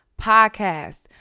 podcast